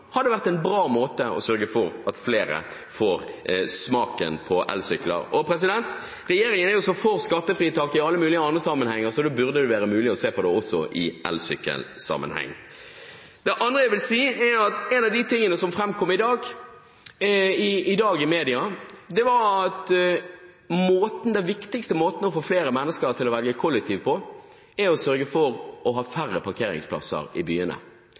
hadde vært en bra måte å sørge for at flere får smaken på elsykler på. Regjeringen er jo så for skattefritak i alle mulige andre sammenhenger, så det burde vel være mulig å se på det også i elsykkelsammenheng. Det andre jeg vil si, er at en av de tingene som framkom i dag i media, var at den viktigste måten å få flere mennesker til å velge kollektivt på, er å sørge for å ha færre parkeringsplasser i byene.